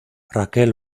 raquel